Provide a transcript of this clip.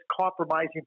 compromising